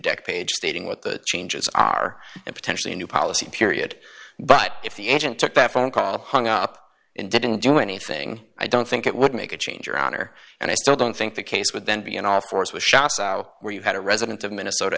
deck page stating what the changes are and potentially a new policy period but if the agent took that phone call hung up and didn't do anything i don't think it would make a change your honor and i still don't think the case would then be an offer for us was shot south where you had a resident of minnesota